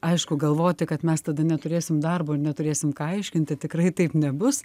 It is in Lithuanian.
aišku galvoti kad mes tada neturėsim darbo ir neturėsim ką aiškinti tikrai taip nebus